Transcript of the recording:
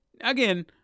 Again